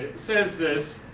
says this